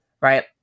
right